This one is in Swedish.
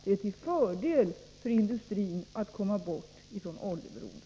Det är till fördel för industrin att komma bort från oljeberoendet.